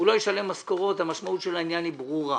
הוא לא ישלם משכורות והמשמעות של העניין היא ברורה.